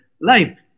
life